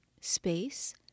space